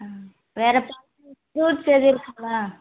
ம் வேறே ஃப்ரூட்ஸ் எதுவும் இருக்குங்களா